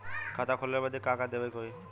खाता खोलावे बदी का का देवे के होइ?